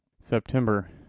september